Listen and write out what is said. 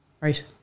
right